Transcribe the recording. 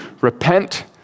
repent